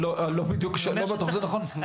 אני לא בטוח שזה נכון.